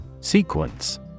Sequence